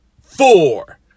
four